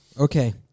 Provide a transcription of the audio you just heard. okay